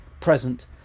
present